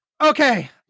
Okay